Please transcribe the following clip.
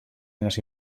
eines